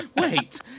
Wait